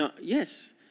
Yes